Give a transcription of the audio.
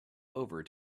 over